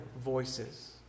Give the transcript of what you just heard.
voices